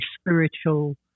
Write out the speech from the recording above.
spiritual